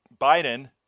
Biden